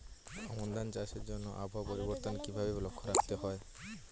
আমন ধান চাষের জন্য আবহাওয়া পরিবর্তনের কিভাবে লক্ষ্য রাখতে হয়?